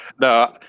No